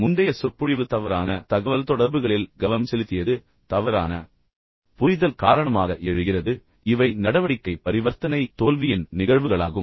முந்தைய சொற்பொழிவு குறிப்பாக தவறான தகவல்தொடர்புகளில் கவனம் செலுத்தியது தவறான தகவல்தொடர்பு பொதுவாக தவறான புரிதல் காரணமாக எழுகிறது இவை நடவடிக்கை பரிவர்த்தனை தோல்வியின் நிகழ்வுகளாகும்